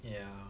ya